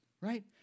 right